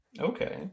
Okay